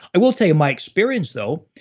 i will tell you my experience though.